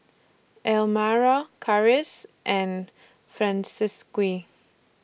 Elmyra Karis and Francisqui